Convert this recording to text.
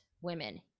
women